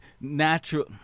natural